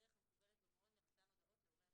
בדרך המקובלת במעון למתן הודעות להורי הפעוטות.